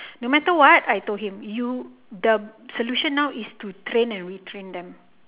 no matter what I told him you the solution now is to train and retrain them